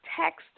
text